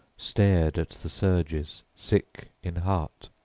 stared at the surges, sick in heart,